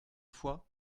fois